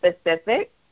specific